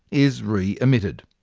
is re-emitted.